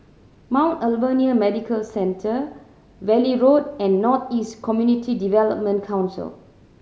Mount Alvernia Medical Centre Valley Road and North East Community Development Council